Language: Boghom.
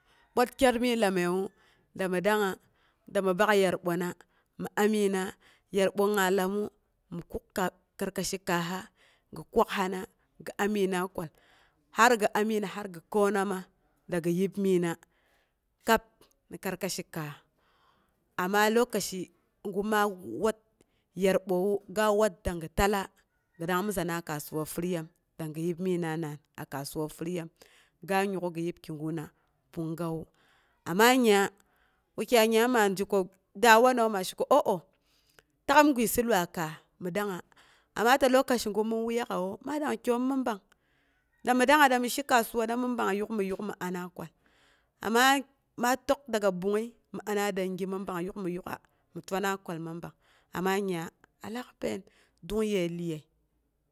bwat kyarmi lamməiwu, dami dangnga, dami bak yal bowna. Mi amigina, yalbo maa lamu mi kuk karkashi kaha gi kwakhana gi amina kwal, har gi amina, har gi koona ma dagɨ yibminna, kab ni karkashi kaah. Amma lokaci gu wat yarbowu, ga wat danggi tala, gi dangmizina kasuwa furyam, dangnggi yebminna naan a kasuwa furyam ga yuk'u gi yeb gi kiguna punggawu, amma a nya, wukyai nya ma zhe ko da wanawu ma she ko oh- oh-tak'um guisi luai kaah mi dangnga, ama ta lokaci gu min wuyaka'a wu ma dang kyoom mi ɓang. Dami dangnga da mi shi kasuwana mi ɓang, yuk mi yuk mi ana kwal, amma ma tək daga ɓungng'əi mi ana dangi mi ɓang, yuk mi yuk'a mi twana kwal mi ɓang, amma nya alaale pain don yəi iyeye.